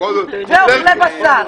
ואוכלי בשר.